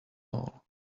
all